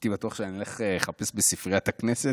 הייתי בטוח שאני הולך לחפש בספריית הכנסת.